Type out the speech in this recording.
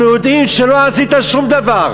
אנחנו יודעים שלא עשית שום דבר,